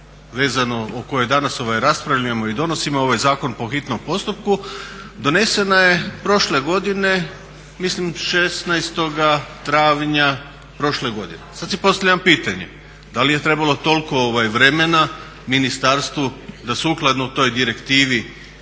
vezano o kojoj danas raspravljamo i donosimo ovaj zakon po hitnom postupku donesena je prošle godine mislim 16. travnja prošle godine. Sad si postavljam pitanje da li je trebalo toliko vremena ministarstvu da sukladno toj direktivi